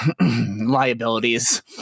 liabilities